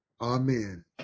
Amen